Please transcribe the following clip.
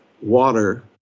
water